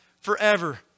forever